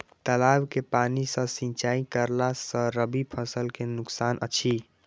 तालाब के पानी सँ सिंचाई करला स रबि फसल के नुकसान अछि?